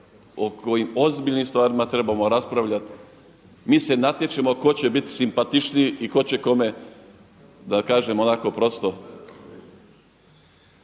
o kojim ozbiljnim stvarima trebamo raspravljati. Mi se natječemo tko će biti simpatičniji i tko će kome da kažem onako prosto